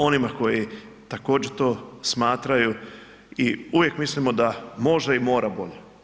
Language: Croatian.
Onima koji također to smatraju i uvijek mislimo da može i mora bolje.